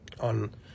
on